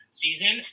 season